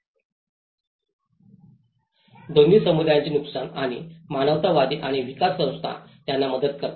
0 दोन्ही समुदायांचे नुकसान आणि मानवतावादी आणि विकास संस्था त्यांना मदत करतात